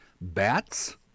bats